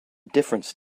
difference